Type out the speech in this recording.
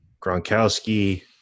gronkowski